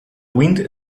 wind